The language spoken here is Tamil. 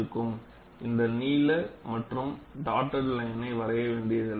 இந்த நீள மற்றும் தொடர்ச்சியான சிவப்பு கோடு மட்டுமே வரைய வேண்டும் நீங்கள் டாட்டட் லைன்யை வரைய வேண்டியதில்லை